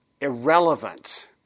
irrelevant